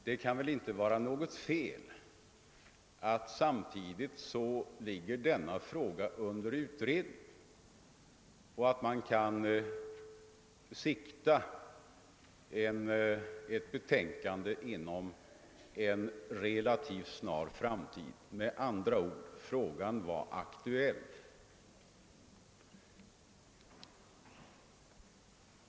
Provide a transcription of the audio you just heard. Det kan inte heller vara fel att denna fråga samtidigt utreds och att ett betänkande inom en relativt snar framtid kunde siktas — frågan var med andra ord aktuell.